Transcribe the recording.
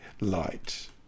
light